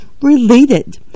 related